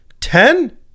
ten